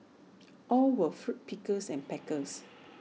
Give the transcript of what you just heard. all were fruit pickers and packers